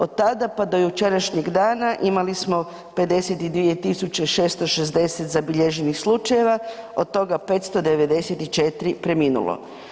Od tada pa do jučerašnjeg dana imali smo 52.660 zabilježenih slučajeva od toga 594 preminulo.